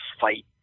fight